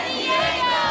Diego